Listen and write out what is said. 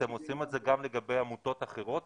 אתם עושים את זה גם לגבי עמותות אחרות?